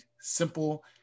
simple